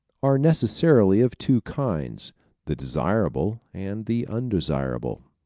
are necessarily of two kinds the desirable and the undesirable.